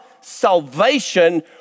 salvation